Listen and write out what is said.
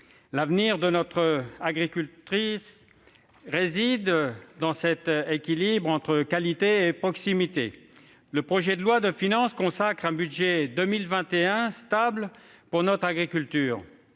L'avenir de notre agriculture réside dans cet équilibre entre qualité et proximité. Le projet de loi de finances pour 2021 consacre un budget stable pour notre agriculture.